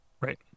Right